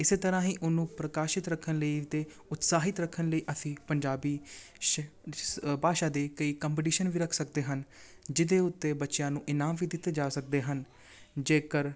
ਇਸੇ ਤਰ੍ਹਾਂ ਹੀ ਉਹਨੂੰ ਪ੍ਰਕਾਸ਼ਿਤ ਰੱਖਣ ਲਈ ਅਤੇ ਉਤਸ਼ਾਹਿਤ ਰੱਖਣ ਲਈ ਅਸੀਂ ਪੰਜਾਬੀ ਸ਼ ਭਾਸ਼ਾ ਦੇ ਕਈ ਕੰਪਟੀਸ਼ਨ ਵੀ ਰੱਖ ਸਕਦੇ ਹਨ ਜਿਹਦੇ ਉੱਤੇ ਬੱਚਿਆਂ ਨੂੰ ਇਨਾਮ ਵੀ ਦਿੱਤੇ ਜਾ ਸਕਦੇ ਹਨ ਜੇਕਰ